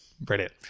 Brilliant